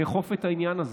לאכוף אותו.